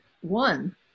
one